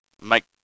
make